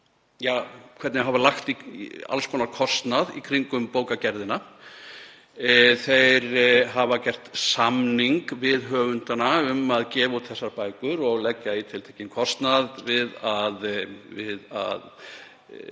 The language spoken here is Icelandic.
hvernig hafa lagt í alls konar kostnað í kringum bókagerðina. Þeir hafa gert samning við höfundana um að gefa út bækurnar og leggja í tiltekinn kostnað við að útbúa þær sem